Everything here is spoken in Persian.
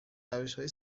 روشهای